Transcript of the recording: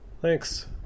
Thanks